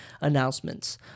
announcements